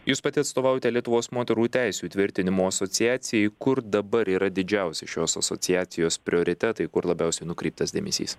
jūs pati atstovaujate lietuvos moterų teisių įtvirtinimo asociacijai kur dabar yra didžiausi šios asociacijos prioritetai kur labiausiai nukreiptas dėmesys